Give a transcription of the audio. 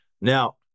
Now